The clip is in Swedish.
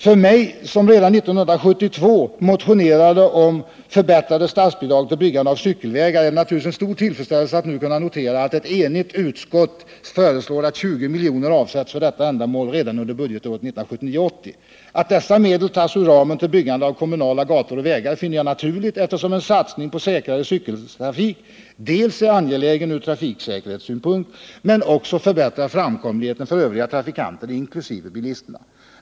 För mig, som redan 1972 motionerade om förbättrade statsbidrag till byggande av cykelvägar, är det naturligtvis en stor tillfredsställelse att nu kunna notera att ett enigt utskott föreslår att 20 miljoner avsätts för detta ändamål redan under budgetåret 1979/80. Att dessa medel tas ur ramen till byggande av kommunala gator och vägar finner jag naturligt, eftersom en satsning på säkrare cykeltrafik dels är angelägen ur trafiksäkerhetssynpunkt, dels också förbättrar framkomligheten för övriga trafikanter, inkl. bilisterna.